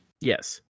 Yes